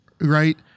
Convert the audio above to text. Right